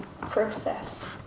process